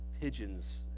pigeons